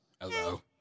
Hello